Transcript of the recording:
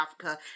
africa